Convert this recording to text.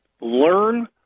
learn